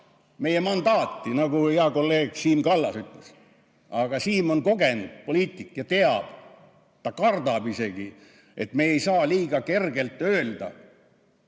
meie mandaati, nagu hea kolleeg Siim Kallas ütles. Aga Siim on kogenud poliitik ja teab – ta kardab seda isegi –, et me ei saa liiga kergelt öelda,